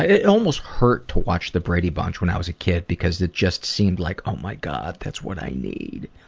ah it almost hurt to watch the brady bunch when i was a kid because it just seemed like, oh my god, that's what i need!